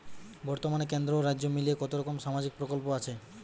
বতর্মানে কেন্দ্র ও রাজ্য মিলিয়ে কতরকম সামাজিক প্রকল্প আছে?